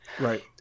Right